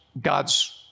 God's